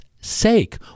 sake